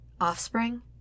Offspring